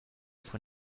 von